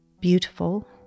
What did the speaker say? beautiful